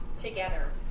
Together